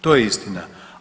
To je istina.